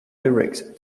lyrics